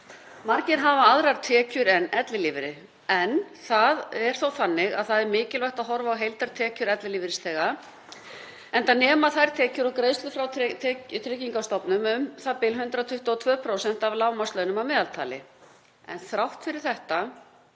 Margir hafa aðrar tekjur en ellilífeyri en það er þó þannig að það er mikilvægt að horfa á heildartekjur ellilífeyrisþega, enda nema þær tekjur og greiðslur frá Tryggingastofnun u.þ.b. 122% af lágmarkslaunum að meðaltali. En þrátt fyrir þetta